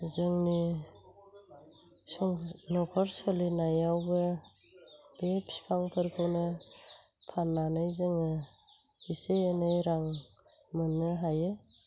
जोंनि न'खर सोलिनायावबो बे बिफांफोरखौनो फाननानै जोङो एसे एनै रां मोननो हायो